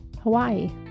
Hawaii